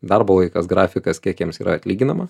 darbo laikas grafikas kiek jiems yra atlyginama